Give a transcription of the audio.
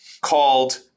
called